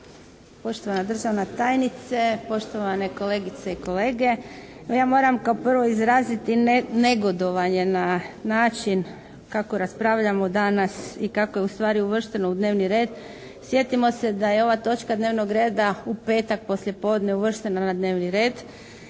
poštovana državna tajnice, poštovane kolegice i kolege. Ja moram kao prvo izraziti negodovanje na način kako raspravljamo danas i kako je ustvari uvršteno u dnevni red. Sjetimo se da je ova točka dnevnog reda u petak poslije podne uvrštena u dnevni red